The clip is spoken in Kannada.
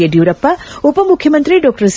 ಯಡಿಯೂರಪ್ಪ ಉಪಮುಖ್ಯಮಂತ್ರಿ ಡಾ ಸಿ